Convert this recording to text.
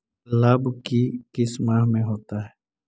लव की किस माह में होता है?